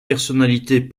personnalités